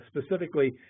Specifically